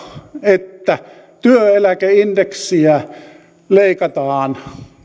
että työeläkeindeksiä leikataan